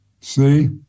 See